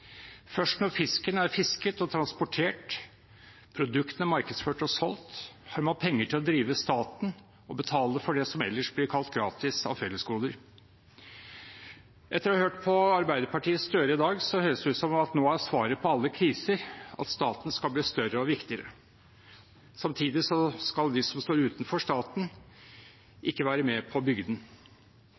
Først når fisken er fisket og transportert og produktene markedsført og solgt, har man penger til å drive staten og betale for det som ellers blir kalt gratis av fellesgoder. Etter å ha hørt på Arbeiderpartiets Gahr Støre i dag høres det ut som at nå er svaret på alle kriser at staten skal bli større og viktigere. Samtidig skal de som står utenfor staten, ikke være med på å bygge den.